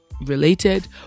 related